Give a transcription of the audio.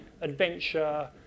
adventure